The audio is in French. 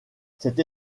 cette